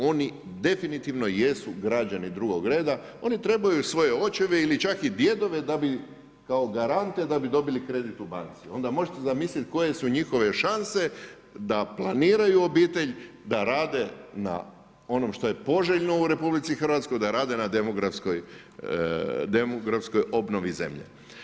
Oni definitivno jesu građani drugog reda, oni trebaju svoje očeve ili čak i djedove kao garnte da bi dobili kredit u banci, onda možete zamisliti koje su njihove šanse da planiraju obitelj, da rade na onom što je poželjno u RH, da rade na demografskoj obnovi zemlje.